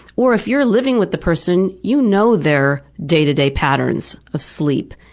or if you're living with the person, you know their day-to-day patterns of sleep,